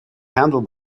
handle